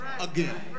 again